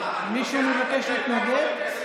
מישהו מבקש להתנגד?